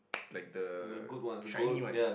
like the shiny one